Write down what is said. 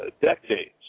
decades